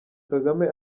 kagame